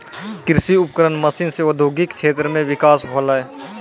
कृषि उपकरण मसीन सें औद्योगिक क्षेत्र म बिकास होलय